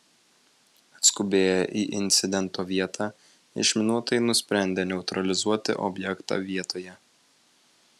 atskubėję į incidento vietą išminuotojai nusprendė neutralizuoti objektą vietoje